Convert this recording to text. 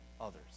others